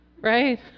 right